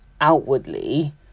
outwardly